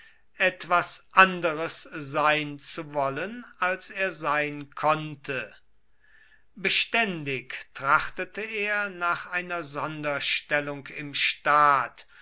etwas anderes sein zu wollen als er sein konnte beständig trachtete er nach einer sonderstellung im staat